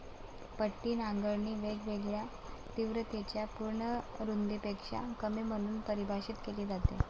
पट्टी नांगरणी वेगवेगळ्या तीव्रतेच्या पूर्ण रुंदीपेक्षा कमी म्हणून परिभाषित केली जाते